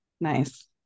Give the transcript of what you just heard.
nice